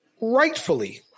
rightfully